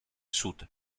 sud